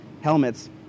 helmets